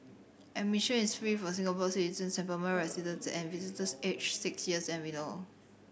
admission is free for Singapores citizens and permanent residents and visitors aged six years and below